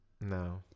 No